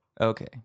okay